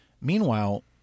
Meanwhile